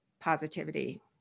Positivity